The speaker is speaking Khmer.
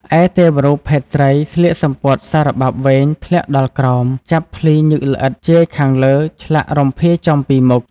ឯទេវរូបភេទស្រីស្លៀកសំពត់សារបាប់វែង ធ្លាក់ដល់ក្រោម ចាប់ភ្លីញឹកល្អិត ជាយខាងលើឆ្លាក់រំភាយចំពីមុខ។